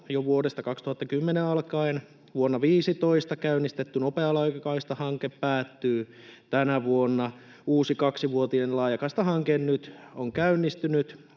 jo vuodesta 2010 alkaen. Vuonna 15 käynnistetty Nopea laajakaista ‑hanke päättyy tänä vuonna. Uusi, kaksivuotinen laajakaistahanke on nyt käynnistynyt